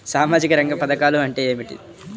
సామాజిక రంగ పధకాలు అంటే ఏమిటీ?